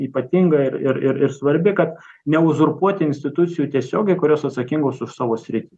ypatinga ir ir ir ir svarbi kad neuzurpuot institucijų tiesiogiai kurios atsakingos už savo sritį